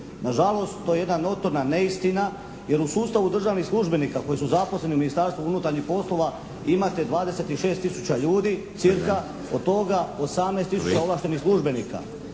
Nažalost, to je jedna notorna neistina jer u sustavu državnih službenika koji su zaposleni u Ministarstvu unutarnjih poslova imate 26 tisuća ljudi, cca od toga 18 tisuća ovlaštenih službenika.